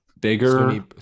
bigger